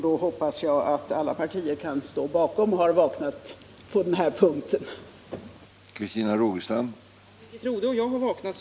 Då hoppas jag att alla partier har vaknat på den här punkten och kan stå bakom ett förslag till förstärkningar.